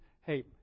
Hey